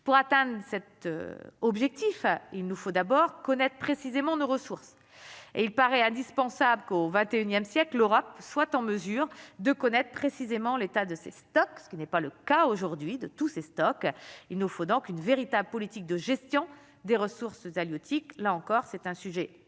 pour atteindre cet objectif, il nous faut d'abord connaître précisément de ressources et il paraît indispensable qu'au XXIe siècle Europe soit en mesure de connaître précisément l'état de ses stocks, ce qui n'est pas le cas aujourd'hui, de tous ses stocks, il nous faut donc une véritable politique de gestion des ressources halieutiques, là encore, c'est un sujet à porter